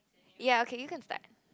ya okay you can start